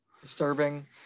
disturbing